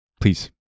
Please